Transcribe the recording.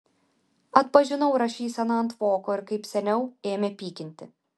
atpažinau rašyseną ant voko ir kaip seniau ėmė pykinti